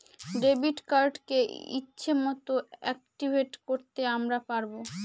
debit কার্ডকে ইচ্ছে মতন অ্যাকটিভেট করতে আমরা পারবো